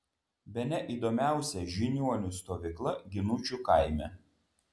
bene įdomiausia žiniuonių stovykla ginučių kaime